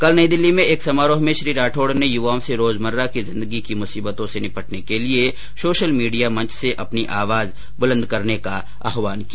कल नई दिल्ली में एक समारोह में श्री राठौड ने युवाओं से रोजमर्रा की जिंदगी की मुसीबतों से निपटने के लिए सोशल मीडिया मंच से अपनी आवाज बुलंद करने का आहवान किया